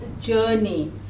journey